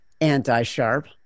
anti-sharp